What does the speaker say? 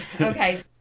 Okay